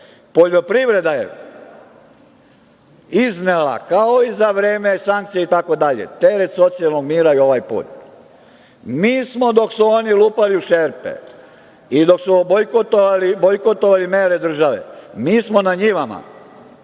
Poljoprivreda je iznela i ovaj put, kao i za vreme sankcija, teret socijalnog mera. Mi smo, dok su oni lupali u šerpe i dok su bojkotovali mere države, mi smo na njivama